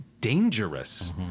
dangerous